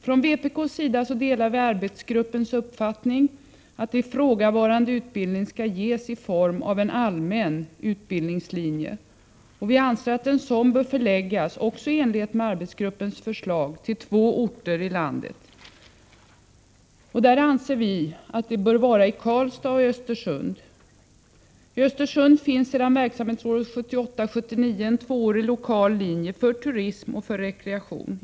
Från vpk:s sida delar vi arbetsgruppens uppfattning att ifrågavarande utbildning skall ges på allmän utbildningslinje, och vi anser — också i enlighet med arbetsgruppens förslag — att en sådan bör förläggas till två orter i landet. Vi anser att dessa orter bör vara Karlstad och Östersund. I Östersund finns sedan läsåret 1978/79 en tvåårig lokal linje för turism och rekreation.